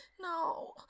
no